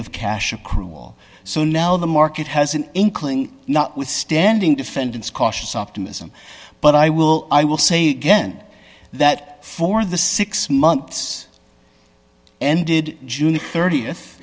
of cash a cruel so now the market has an inkling not withstanding defendants cautious optimism but i will i will say again that for the six months ended june th